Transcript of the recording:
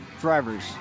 drivers